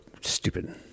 stupid